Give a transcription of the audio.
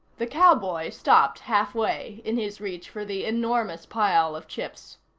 the cowboy stopped halfway in his reach for the enormous pile of chips.